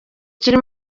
kikiri